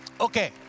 Okay